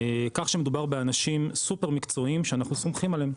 כך שמדובר באנשים מאוד מקצועיים שאנחנו סומכים עליהם.